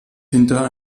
hinter